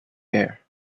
air